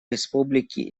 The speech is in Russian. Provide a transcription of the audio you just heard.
республики